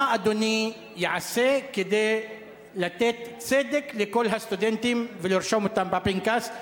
מה אדוני יעשה כדי לתת צדק לכל הסטודנטים ולרשום אותם בפנקס?